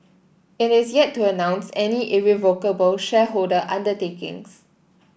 it is yet to announce any irrevocable shareholder undertakings